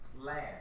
last